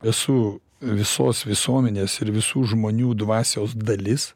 esu visos visuomenės ir visų žmonių dvasios dalis